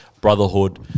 brotherhood